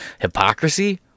hypocrisy